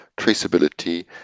traceability